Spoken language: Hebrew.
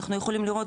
אנחנו יכולים לראות